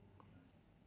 don't have already